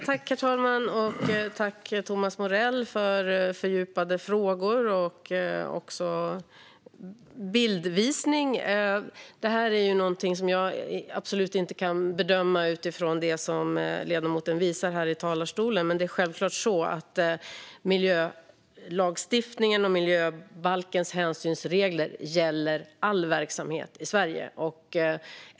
Herr talman! Tack, Thomas Morell, för fördjupade frågor - och bildvisning! Detta är något som jag absolut inte kan bedöma utifrån det som ledamoten visar här, men det är självklart så att miljölagstiftningen och miljöbalkens hänsynsregler gäller all verksamhet i Sverige.